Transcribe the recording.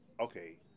okay